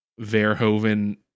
Verhoeven